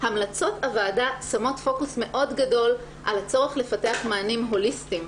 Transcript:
המלצות הוועדה שמות פוקוס מאוד גדול על הצורך לפתח מענים הוליסטיים.